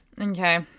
Okay